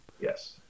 Yes